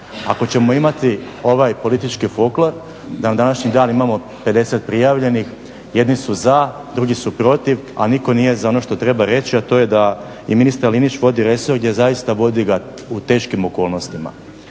Ako ćemo imati ovaj politički folklor da na današnji dan imamo 50 prijavljenih, jedni su za, drugi su protiv a nitko nije za ono što treba reći a to je da i ministar Linić vodi resor gdje zaista vodi ga u teškim okolnostima.